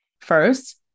First